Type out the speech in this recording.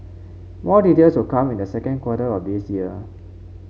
more details will come in the second quarter of this year